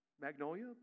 Magnolia